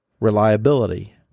Reliability